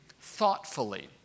thoughtfully